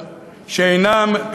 שאינם,